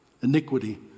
Iniquity